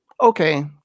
okay